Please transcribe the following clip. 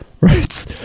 Right